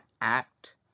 act